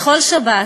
בכל שבת,